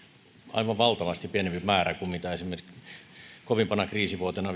aivan valtavasti pienempi määrä kuin esimerkiksi kovimpana kriisivuotena